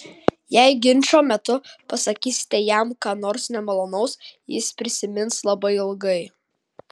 jei ginčo metu pasakysite jam ką nors nemalonaus jis prisimins labai ilgai